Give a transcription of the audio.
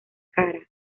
cara